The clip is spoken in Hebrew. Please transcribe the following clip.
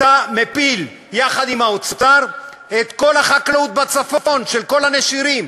אתה מפיל יחד עם האוצר את כל החקלאות בצפון של כל הנשירים,